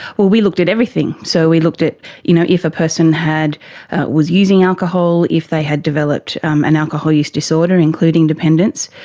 well, we looked at everything. so we looked at you know if a person was using alcohol, if they had developed um an alcohol use disorder, including dependence.